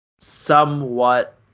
somewhat